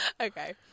Okay